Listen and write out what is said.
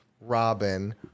Robin